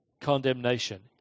condemnation